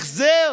החזר